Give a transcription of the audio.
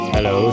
Hello